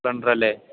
Splendor അല്ലേ